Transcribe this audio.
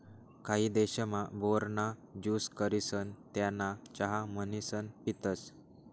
काही देशमा, बोर ना ज्यूस करिसन त्याना चहा म्हणीसन पितसं